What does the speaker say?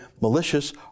malicious